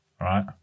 right